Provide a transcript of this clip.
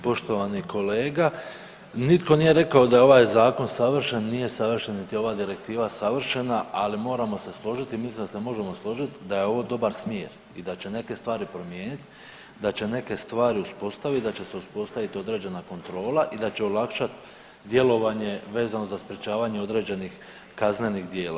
Poštovani kolega, nitko nije rekao da je ovaj zakon savršen, nije savršen, niti je ova direktiva savršena, ali moramo se složiti i mislim da se možemo složiti da je ovo dobar smjer i da će neke stvari promijeniti, da će neke stvari uspostaviti, da će se uspostaviti određena kontrola i da će olakšati djelovanje vezano za sprječavanje određenih kaznenih djela.